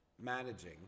managing